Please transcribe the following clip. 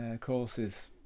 courses